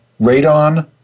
radon